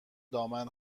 دامن